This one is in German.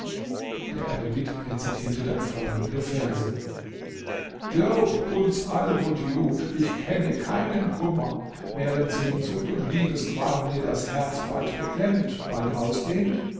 der eremit rezitierte dann folgende verse glaubt uns alwudjud ich kenne keinen kummer während sehnsucht und liebesqual mir das herz bald beklemmt bald ausdehnt